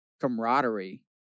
camaraderie